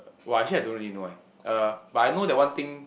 !wah! actually I don't really know eh uh but I know the one thing